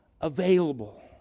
available